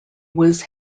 was